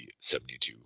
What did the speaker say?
72